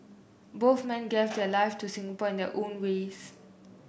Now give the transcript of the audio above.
both men gave their lives to Singapore in their own ways